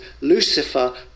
Lucifer